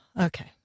Okay